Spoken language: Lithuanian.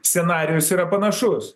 scenarijus yra panašus